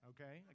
Okay